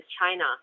China